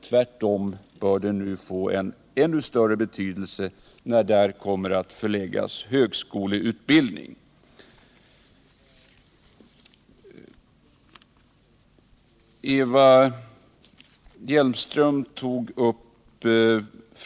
Tvärtom torde Framnäs få ännu större betydelse när också högskoleutbildning kommer att förläggas dit.